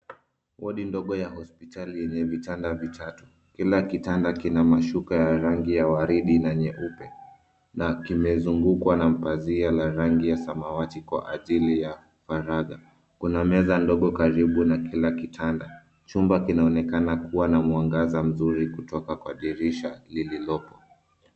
Wodi ndogo ya hospitali yenye vitanda vitatu. Kila kitanda kina mashuka ya rangi ya waridi na nyeupe na kimezungukwa na pazia la rangi ya samawati kwa ajili ya faragha. Kuna meza ndogo karibu na kila kitanda. Chumba kinaonekana kuwa na mwangaza mzuri kutoka kwa dirisha lililopo.